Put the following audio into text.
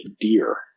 deer